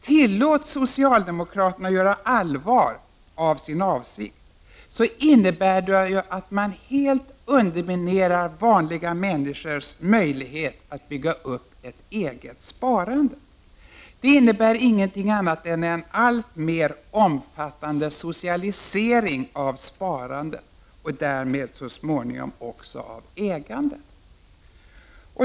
Tillåts socialdemokraterna göra allvar av sin avsikt innebär det att man helt underminerar vanliga människors möjlighet att bygga upp ett eget sparande. Det innebär ingenting annat än en alltmer omfattande socialisering av sparandet och därmed, så småningom, också av ägandet.